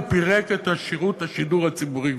ופירק את רשות השידור הציבורי,